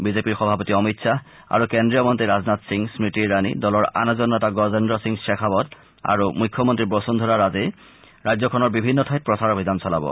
বিজেপিৰ সভাপতি অমিত শ্বাহ আৰু কেন্দ্ৰীয় মন্ত্ৰী ৰাজনাথ সিংস্মৃতি ইৰাণী দলৰ আন এজন নেতা গজেদ্ৰ সিং ধেখাৱট আৰু মুখ্যমন্ত্ৰী বসুন্ধৰা ৰাজেই ৰাজ্যখনৰ বিভিন্ন ঠাইত প্ৰচাৰ অভিযান চলাব